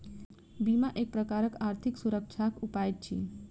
बीमा एक प्रकारक आर्थिक सुरक्षाक उपाय अछि